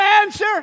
answer